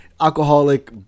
Alcoholic